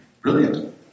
Brilliant